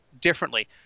differently